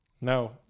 No